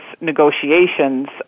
negotiations